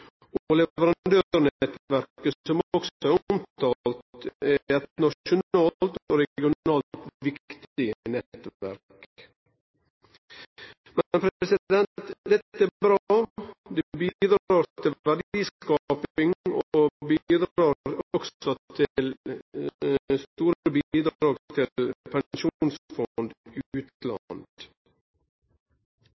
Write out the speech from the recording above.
Og leverandørnettverket som også er omtalt, er et nasjonalt og regionalt viktig nettverk. Men dette er bra. Det bidrar til verdiskaping, og det bidrar også stort til